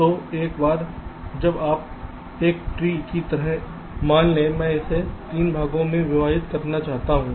तो एक बार जब आप एक ट्री की तरह इस supposes मैं इसे 3 भागों में विभाजित करना चाहता हूं